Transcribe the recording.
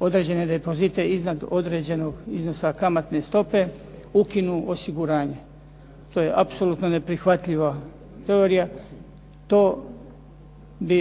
određene depozite iznad određenog iznosa kamatne stope ukinu osiguranje. To je apsolutno neprihvatljiva teorija. To bi